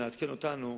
אם תעדכן אותנו,